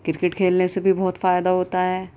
cricket کھیلنے سے بھی بہت فائدہ ہوتا ہے